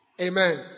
Amen